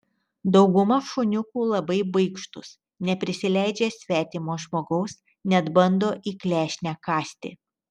dauguma šuniukų labai baikštūs neprisileidžia svetimo žmogaus net bando į klešnę kąsti